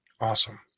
Awesome